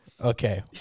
okay